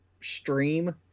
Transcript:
stream